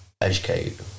educate